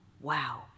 Wow